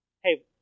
hey